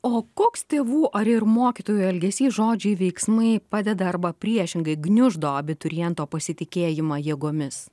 o koks tėvų ar ir mokytojų elgesys žodžiai veiksmai padeda arba priešingai gniuždo abituriento pasitikėjimą jėgomis